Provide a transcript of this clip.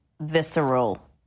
visceral